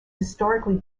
historically